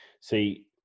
see